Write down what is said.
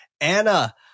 Anna